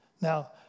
Now